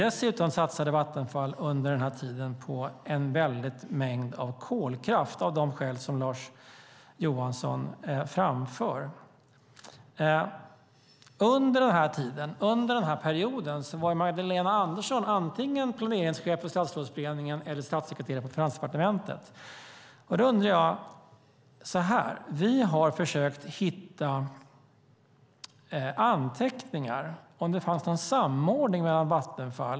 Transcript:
Dessutom satsade Vattenfall under denna tid på en väldig mängd kolkraft, av de skäl Lars Johansson framför. Under denna period var Magdalena Andersson antingen planeringschef för statsrådsberedningen eller statssekreterare på Finansdepartementet. Jag undrar en sak.